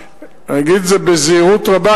נגיד את זה בזהירות רבה,